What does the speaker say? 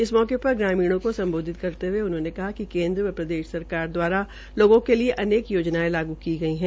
इस मौके पर ग्रामीण को सम्बोधित करते ह्ये उन्होंने कहा कि केन्द्र व प्रदेश सरकार दवारा लोगों के लिए अनेक योजनायें लागू की गई है